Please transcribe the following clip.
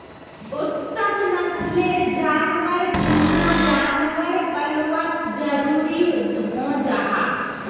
उत्तम नस्लेर जानवर चुनना जानवर पल्वात ज़रूरी हं जाहा